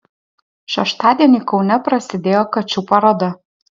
šeštadienį kaune prasidėjo kačių paroda